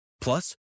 Plus